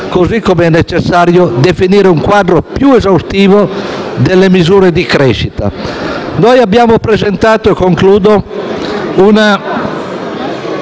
così come è necessario definire un quadro più esaustivo delle misure di crescita. Noi abbiamo presentato - e concludo - una